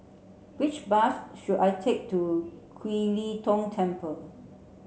which bus should I take to Kiew Lee Tong Temple